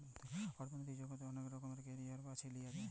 অথ্থলৈতিক জগতে অলেক রকমের ক্যারিয়ার বাছে লিঁয়া যায়